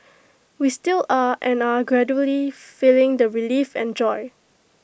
we still are and are gradually feeling the relief and joy